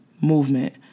movement